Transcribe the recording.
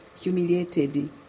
humiliated